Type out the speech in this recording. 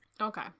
Okay